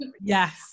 yes